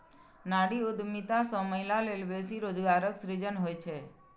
नारी उद्यमिता सं महिला लेल बेसी रोजगारक सृजन होइ छै